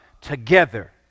together